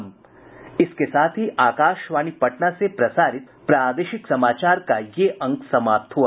इसके साथ ही आकाशवाणी पटना से प्रसारित प्रादेशिक समाचार का ये अंक समाप्त हुआ